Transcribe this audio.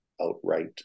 outright